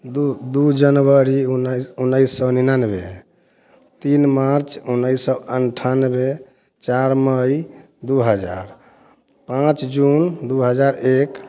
दो दो जनवरी उनअ उन्नीस सौ निन्यानबे तीन मार्च उन्नीस सौ अट्ठानबे चार मई दो हज़ार पाँच जून दो हज़ार एक